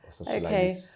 Okay